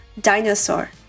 dinosaur